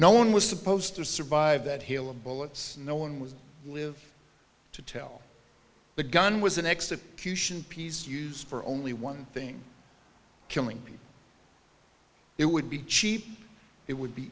no one was supposed to survive that hail of bullets no one would live to tell the gun was an execution piece used for only one thing killing it would be cheap it would be